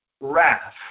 wrath